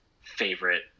favorite